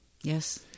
Yes